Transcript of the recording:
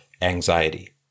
anxiety